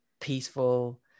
peaceful